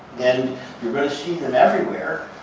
and you're going to see them everywhere.